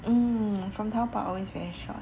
hmm from Taobao always very short